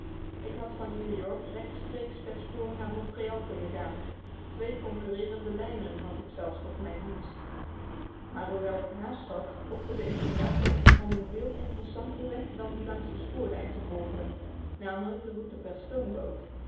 ik had van new-york rechtstreeks per spoor naar montreal kunnen gaan twee concurreerende lijnen had ik zelfs tot mijnen dienst maar hoewel ik haast had offerde ik een dag op om een veel interessanter weg dan dien langs de spoorlijn te volgen n l de route per stoomboot